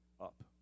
up